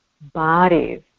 bodies